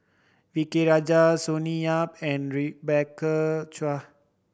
V K Rajah Sonny Yap and Rebecca Chua